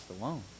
alone